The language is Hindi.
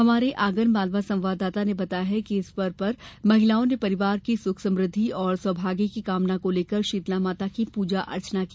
हमारे आगर मालवा संवाददाता ने बताया है कि इस पर्व पर महिलाओ ने परिवार की सुख समृद्धि और सौभाग्य की कामना को लेकर शीतलामाता की पूजा अर्चना की